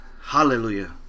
hallelujah